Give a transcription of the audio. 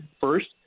First